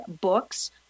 books